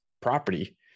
Property